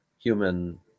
human